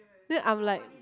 then I'm like